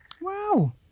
Wow